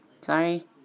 Sorry